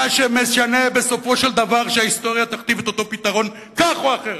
מה שמשנה בסופו של דבר הוא שההיסטוריה תכתיב את אותו פתרון כך או אחרת.